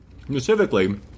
specifically